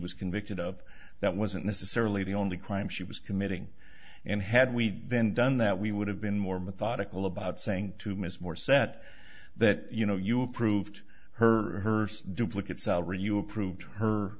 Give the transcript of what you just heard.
was convicted of that wasn't necessarily the only crime she was committing and had we then done that we would have been more methodical about saying to miss moore set that you know you approved her or her duplicate salary you approve her